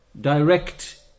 direct